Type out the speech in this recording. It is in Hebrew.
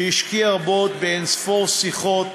שהשקיע רבות באין-ספור שיחות,